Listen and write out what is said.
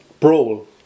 Brawl